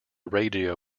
radio